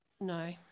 No